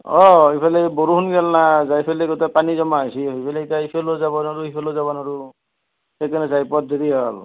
অঁ ইফালে বৰষুণগাল না জাইৰফালে গোটেই পানী জমা হৈছি সেইফেলে ইতা ইফালেও যাবা নৰু সিফালেও যাবা নৰু সেইকাৰণে যাই পোৱাত দেৰি হ'ল